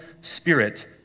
Spirit